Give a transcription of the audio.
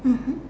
mmhmm